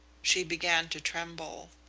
she began to tremble.